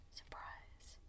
surprise